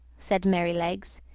said merrylegs.